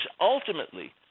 ultimately